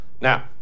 Now